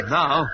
now